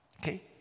Okay